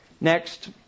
Next